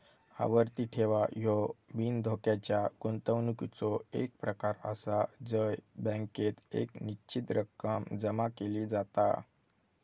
आवर्ती ठेव ह्यो बिनधोक्याच्या गुंतवणुकीचो एक प्रकार आसा जय बँकेत एक निश्चित रक्कम जमा केली जाता